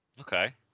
Okay